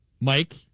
Mike